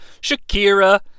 Shakira